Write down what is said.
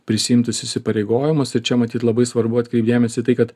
prisiimtus įsipareigojimus ir čia matyt labai svarbu atkreipt dėmesį tai kad